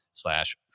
Slash